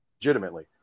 legitimately